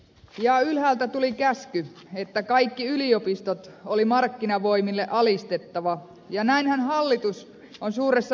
ja ylhäältä tuli käsky että kaikki yliopistot oli markkinavoimille alistettava ja näinhän hallitus on suuressa viisaudessaan valmistelua vienyt